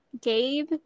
Gabe